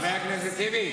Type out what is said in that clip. חבר הכנסת טיבי,